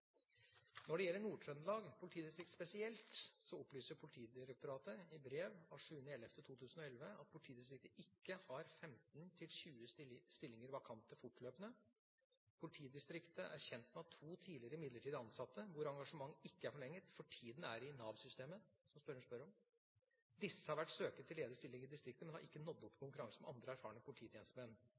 Når det gjelder Nord-Trøndelag politidistrikt spesielt, opplyser Politidirektoratet i brev av 7. november 2011 at politidistriktet ikke har 15–20 stillinger vakante fortløpende. Politidistriktet er kjent med at to tidligere midlertidig ansatte, hvor engasjementet ikke er forlenget, for tiden er i Nav-systemet – som spørreren spør om. Disse har vært søkere til ledige stillinger i distriktet, men har ikke nådd opp i konkurranse med andre erfarne polititjenestemenn.